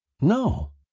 No